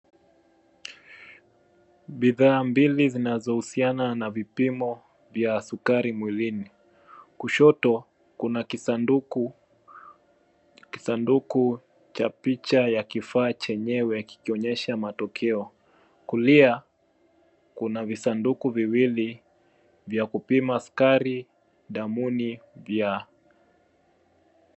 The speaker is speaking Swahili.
Bidhaa mbili zinazohusiana na vipimo vya sukari mwilini. Kushoto kuna kisanduku cha picha ya kifaa chenyewe kikionyesha matokeo. Kulia kuna visanduku viwili vya kupima sukari damuni ya.